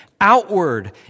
outward